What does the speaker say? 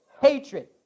hatred